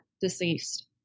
deceased